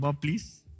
please